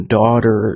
daughter